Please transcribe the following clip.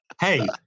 hey